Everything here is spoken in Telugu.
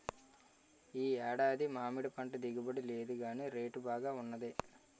ఈ ఏడాది మామిడిపంట దిగుబడి లేదుగాని రేటు బాగా వున్నది